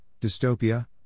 dystopia